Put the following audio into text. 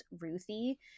Ruthie